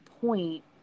point